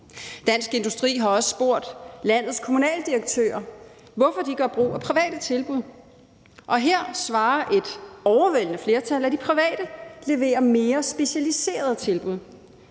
Dansk Industri har også spurgt landets kommunaldirektører, hvorfor de gør brug af private tilbud, og her svarer et overvældende flertal, at de private leverer mere specialiserede tilbud.